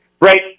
Right